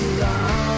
long